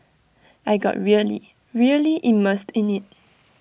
I got really really immersed in IT